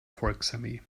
volksarmee